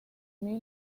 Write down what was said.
mil